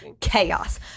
Chaos